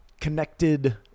Connected